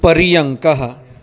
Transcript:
पर्यङ्कः